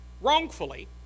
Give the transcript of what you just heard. wrongfully